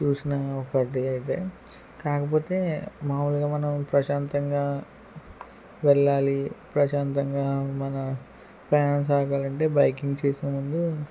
చూసినాం ఒకటి అయితే కాకపోతే మామూలుగా మనం ప్రశాంతంగా వెళ్ళాలి ప్రశాంతంగా మన ప్రయాణం సాగాలంటే బైకింగ్ చేసేముందు